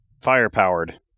fire-powered